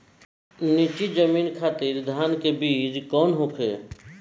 नीची जमीन खातिर धान के बीज कौन होखे?